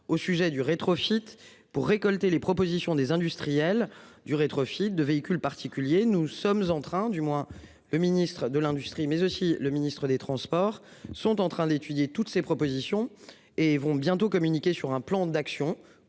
au sujet du rétro chiite pour récolter les propositions des industriels du rétro rétrofit de véhicules particuliers. Nous sommes en train, du moins le ministre de l'industrie, mais aussi le Ministre des transports sont en train d'étudier toutes ces propositions et vont bientôt communiquer sur un plan d'action